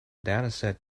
dataset